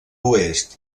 oest